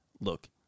look